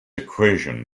equation